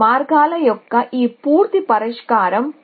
మేము శోధన చేసిన తరువాత మేము పూర్తి పర్యటనను కనుగొన్నాము